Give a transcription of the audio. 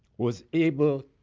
was able